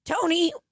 Tony